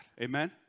Amen